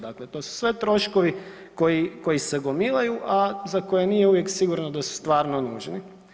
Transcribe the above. Dakle, to su sve troškovi koji se gomilaju, a za koje nije uvijek sigurno da su stvarno nužni.